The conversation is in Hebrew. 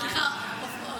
סליחה, פורר.